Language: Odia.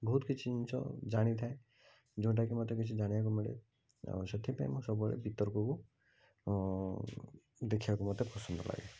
ବହୁତ କିଛି ଜିନିଷ ଜାଣିଥାଏ ଯେଉଁଟାକି ମୋତେ କିଛି ଜାଣିବାକୁ ମିଳେ ଆଉ ସେଥିପାଇଁ ମୁଁ ସବୁବେଳେ ବିତର୍କକୁ ଦେଖିବାକୁ ମୋତେ ପସନ୍ଦ ଲାଗେ